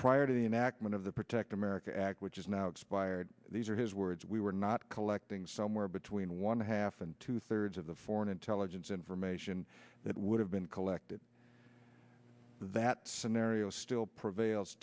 prior to the enactment of the protect america act which is now expired these are his words we were not collecting somewhere between one half and two thirds of the foreign intelligence information that would have been collected that scenario still prevails